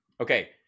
Okay